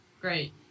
great